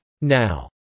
Now